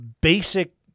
basic